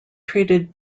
treated